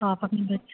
آپ اپنے بچے